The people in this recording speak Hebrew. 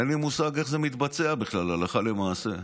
אין לי מושג איך זה מתבצע בכלל הלכה למעשה.